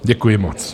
Děkuji moc.